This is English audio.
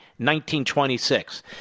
1926